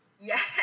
yes